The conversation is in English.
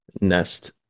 Nest